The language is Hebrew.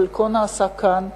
חלקה נעשה כאן.